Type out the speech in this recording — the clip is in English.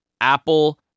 Apple